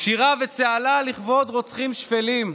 שירה וצהלה לכבוד רוצחים שפלים.